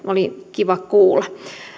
oli kiva kuulla